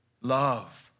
Love